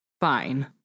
fine